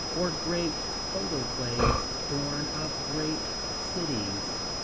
or great photoplays born of great cities.